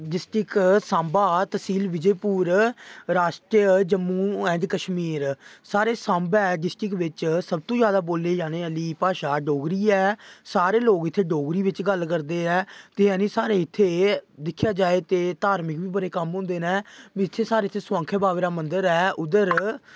district Samba तसील विजयपुर राश्ट्र Jammu and Kashmir साढ़े सांबै डिस्टिक बिच्च सबतू जैदा बोली जाने आह्ली भाशा डोगरी ऐ सारे लोग इत्थै डोगरी बिच्च गल्ल करदे ऐ ते जानी साढ़े इत्थै दिक्खेआ जाए ते धार्मिक बी बड़े कम्म होंदे न इत्थै साढ़े इत्थै सोआंखे बाबे दा मंदर ऐ उद्धर